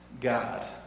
God